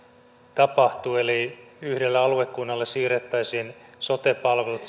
tapahtuu eli yhdelle aluekunnalle siirrettäisiin sote palvelut